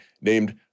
named